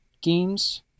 games